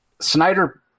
Snyder